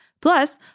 Plus